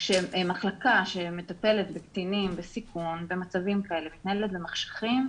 כשמחלקה שמטפלת בקטינים בסיכון במצבים כאלה מתנהלת במחשכים,